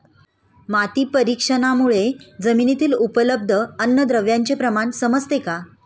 माती परीक्षणामुळे जमिनीतील उपलब्ध अन्नद्रव्यांचे प्रमाण समजते का?